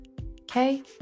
Okay